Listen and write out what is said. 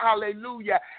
hallelujah